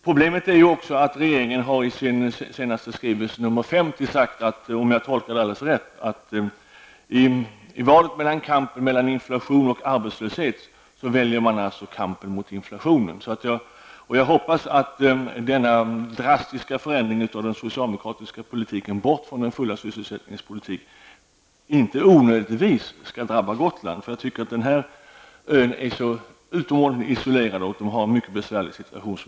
Problemet är också att regeringen i sin senaste skrivelse, nr 50, har sagt -- om jag tolkar det rätt -- att i valet mellan kampen mot inflation och arbetslöshet, väljer man alltså kampen mot inflation. Jag hoppas att denna drastiska förändring av den socialdemokratiska politiken, som innebär ett avsteg från den fulla sysselsättningspolitiken, inte onödigtvis skall drabba Gotland. Gotland är en isolerad ö, och situationen där är besvärlig.